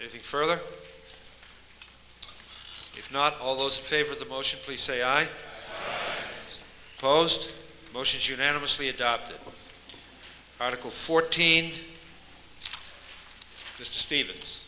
if further if not all those favors the motion please say i post motions unanimously adopted article fourteen stevens